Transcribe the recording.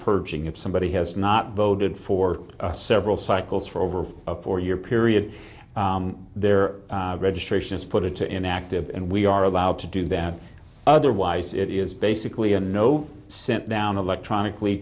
purging if somebody has not voted for several cycles for over a four year period their registration is put into inactive and we are allowed to do that otherwise it is basically a no sent them electronically